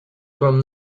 from